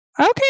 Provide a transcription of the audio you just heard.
Okay